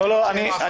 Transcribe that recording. יש לי --- לא, לא.